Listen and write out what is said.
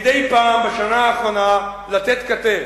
מדי פעם בשנה האחרונה לתת כתף,